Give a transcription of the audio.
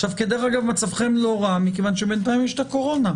אגב, מצבכם לא רע כי ביתיים יש הקורונה.